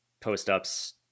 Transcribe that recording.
Post-ups